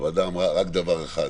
הוועדה אמרה רק דבר אחד: